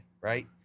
right